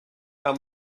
how